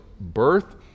birth